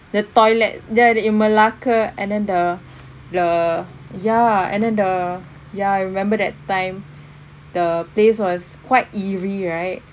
the toilet ya the in malacca and then the the ya and then the yeah I remember that time the place was quite eerie right